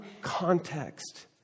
context